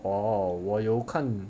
哦我有看